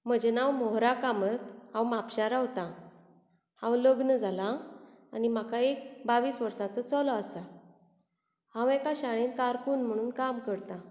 म्हजे नांव मोहरा कामत हांव म्हापशां रावतां हांव लग्न जालां आनी म्हाका एक बावीस वर्साचो चलो आसा हांव एका शाळेन कार्कून म्हणून काम करतां